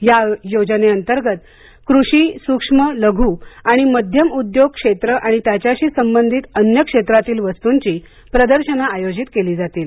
या योजने अंतर्गत कृषी सूक्ष्म लघु आणि मध्यम उद्योग क्षेत्र आणि त्याच्याशी संबंधित अन्य क्षेत्रातील वस्तूंची प्रदर्शनं आयोजित केली जातील